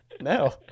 No